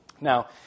Now